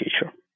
future